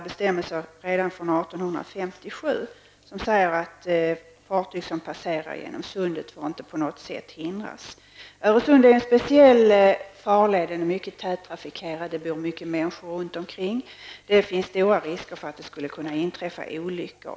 Bestämmelser från 1857 säger att fartyg som passerar genom sundet får inte på något sätt hindras. Öresund är en speciell farled. Den är mycket tätt trafikerad. Det bor mycket människor runt omkring. Det finns stora risker för att det skulle kunna inträffa olyckor.